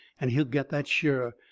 and he'll get that sure,